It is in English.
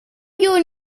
your